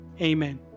Amen